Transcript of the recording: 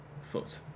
foot